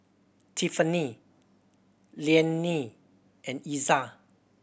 Tiffany Liane and Iza